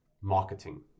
marketing